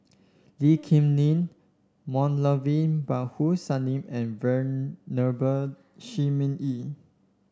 Lee Kip Lin Moulavi Babu Sahib and Venerable Shi Ming Yi